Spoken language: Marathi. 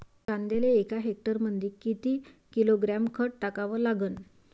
कांद्याले एका हेक्टरमंदी किती किलोग्रॅम खत टाकावं लागन?